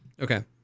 Okay